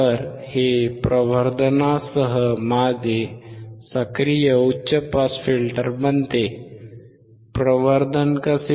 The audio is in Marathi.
तर हे प्रवर्धनासह माझे सक्रिय उच्च पास फिल्टर बनते प्रवर्धन कसे